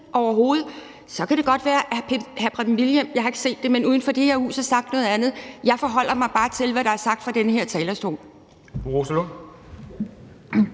overhovedet. Så kan det godt være, at hr. Preben Wilhjelm uden for det her hus har sagt noget andet – jeg har ikke set det – jeg forholder mig bare til, hvad der er sagt fra den her talerstol.